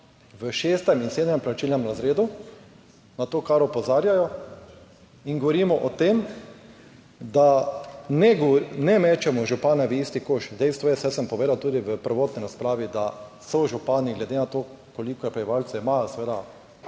v šestem in sedmem plačilnem razredu, na to kar opozarjajo, in govorimo o tem, da ne, mečemo župane v isti koš. Dejstvo je, saj sem povedal tudi v prvotni razpravi, da so župani glede na to koliko prebivalcev ima, seveda